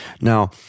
Now